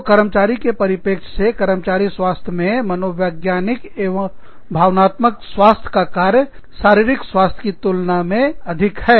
तो कर्मचारी के परिप्रेक्ष्य से कर्मचारी स्वास्थ्य मे मनोवैज्ञानिक और भावनात्मक स्वास्थ्य का कार्य शारीरिक स्वास्थ्य के तुलना में अधिक है